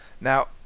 now